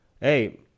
hey